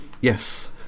Yes